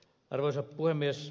arvoisa puhemies